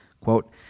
quote